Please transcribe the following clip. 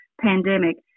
pandemic